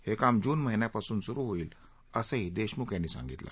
हे काम जून महिन्यापासून सुरु होईल असंही देशमुख यांनी सांगितलं